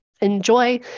enjoy